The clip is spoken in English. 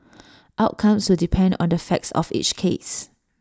outcomes will depend on the facts of each case